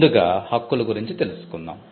ముందుగా హక్కులు గురించి తెలుసుకుందాం